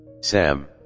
Sam